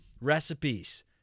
Recipes